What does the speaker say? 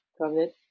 COVID